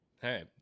hey